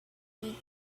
free